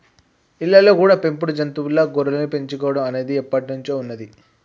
ఇళ్ళల్లో కూడా పెంపుడు జంతువుల్లా గొర్రెల్ని పెంచుకోడం అనేది ఎప్పట్నుంచో ఉన్నది